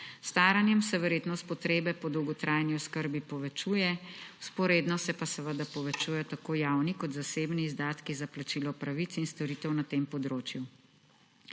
staranjem se verjetnost potrebe po dolgotrajni oskrbi povečuje, vzporedno se pa seveda povečujejo tako javni kot zasebni izdatki za plačilo pravic in storitev na tem področju.